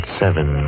seven